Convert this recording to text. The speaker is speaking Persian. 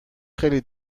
خیلی